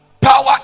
power